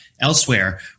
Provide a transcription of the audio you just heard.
elsewhere